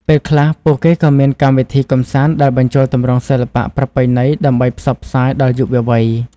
ពេលខ្លះ ពួកគេក៏មានកម្មវិធីកម្សាន្តដែលបញ្ចូលទម្រង់សិល្បៈប្រពៃណីដើម្បីផ្សព្វផ្សាយដល់យុវវ័យ។